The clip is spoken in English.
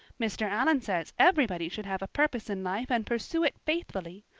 mr. allan says everybody should have a purpose in life and pursue it faithfully.